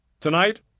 Tonight